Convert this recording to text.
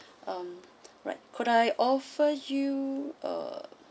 um right could I offer you uh